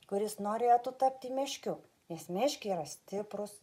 kuris norėtų tapti meškiu nes meškiai yra stiprūs